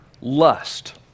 lust